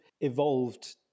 evolved